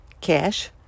cash